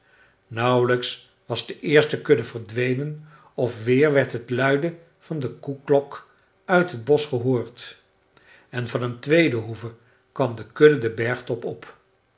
nauwlijks was de eerste kudde verdwenen of weer werd het luiden van de koeklok uit het bosch gehoord en van een tweede hoeve kwam de kudde den bergtop op